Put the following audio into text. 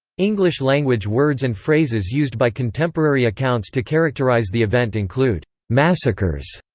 english-language words and phrases used by contemporary accounts to characterise the event include massacres,